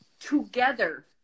together